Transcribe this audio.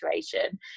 situation